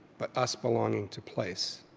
but us belonging to place.